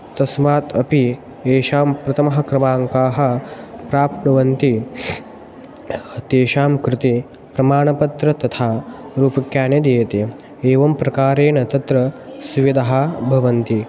तस्मात् अपि येषां प्रथमः क्रमाङ्काः प्राप्नुवन्ति तेषां कृते प्रमाणपत्रं तथा रूप्यकाणि दीयन्ते एवं प्रकारेण तत्र सुविधाः भवन्ति